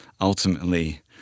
ultimately